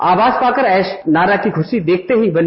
आवास पाकर एशनारा की खुशी देखते ही बनी